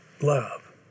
Love